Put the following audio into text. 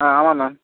ஆ ஆமாம் மேம்